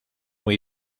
muy